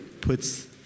puts